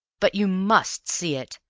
but you must see it.